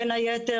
בין היתר,